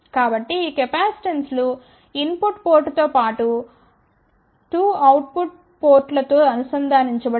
కాబట్టి ఈ కెపాసిటెన్సులు ఇన్ పుట్ పోర్టుతో పాటు 2 అవుట్ పుట్ పోర్టులతో అనుసంధానించబడి ఉన్నాయి